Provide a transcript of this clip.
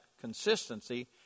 consistency